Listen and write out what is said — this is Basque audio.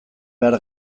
behar